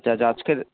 আচ্ছা আজকেই